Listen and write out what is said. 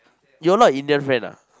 you're not Indian friend ah